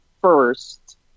first